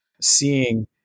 seeing